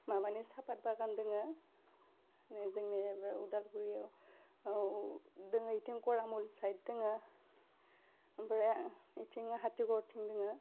माबानि साफाद बागान दोङो नै जोंनि बे अदालगुरियाव आव दङ बेथिं करामर साइथ दोङो ओमफ्राय बेथिं हाथिगरथिं दोङो